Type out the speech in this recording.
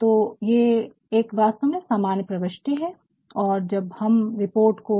तो ये एक वास्तव में सामान्य प्रवष्टि है और अब जब हम रिपोर्ट को